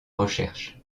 recherche